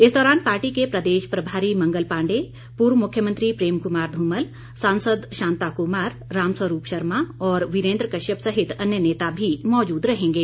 इस दौरान पार्टी के प्रदेश प्रभारी मंगल पांडे पूर्व मुख्यमंत्री प्रेम क्मार ध्रमल सांसद शांता कुमार राम स्वरूप शर्मा और वीरेन्द्र कश्यप सहित अन्य नेता भी मौजूद रहेंगे